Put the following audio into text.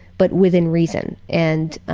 but within reason. and